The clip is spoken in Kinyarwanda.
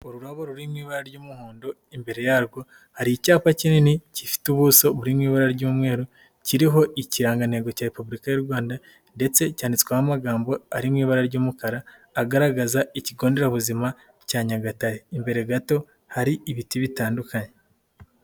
Ururabo ruririmo ibara ry'umuhondo imbere yarwo hari icyapa kinini gifite ubuso buri mu ibara ry'umweru, kiriho ikirangantego cya repubulika y'u Rwanda ndetse cyanditswemo amagambo ari mu ibara ry'umukara, agaragaza ikigo nderabuzima cya Nyagatare, imbere gato hari ibiti bitandukanye.